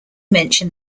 mention